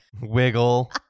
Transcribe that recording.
Wiggle